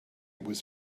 was